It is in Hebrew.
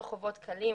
לא מדובר בחובות קלים.